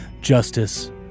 Justice